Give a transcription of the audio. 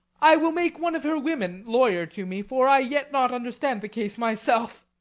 i will make one of her women lawyer to me, for i yet not understand the case myself.